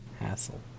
hassle